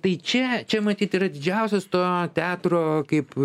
tai čia čia matyt yra didžiausias to teatro kaip